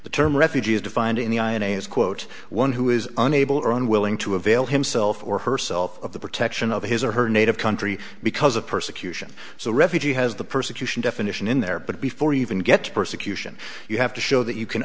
the term refugee is defined in the i and a as quote one who is unable or unwilling to avail himself or herself of the protection of his or her native country because of persecution so refugee has the persecution definition in there but before you even get to persecution you have to show that you can